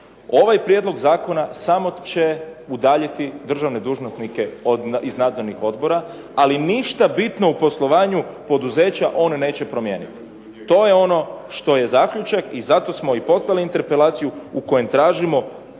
Ovaj Prijedlog zakona samo će udaljiti državne dužnosnike iz nadzornih odbora, ali ništa bitno u poslovanju poduzeća on neće promijeniti. To je ono što je zaključak i zato smo poslali interpelaciju u kojoj tražimo